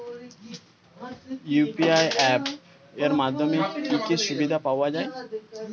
UPI app এর মাধ্যমে কি কি সুবিধা পাওয়া যায়?